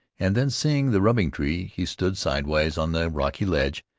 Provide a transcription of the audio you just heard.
and then seeing the rubbing-tree, he stood sidewise on the rocky ledge,